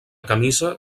camisa